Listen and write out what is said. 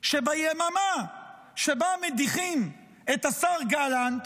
שביממה שבה מדיחים את השר גלנט,